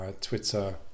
Twitter